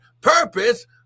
Purpose